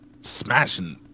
smashing